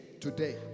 Today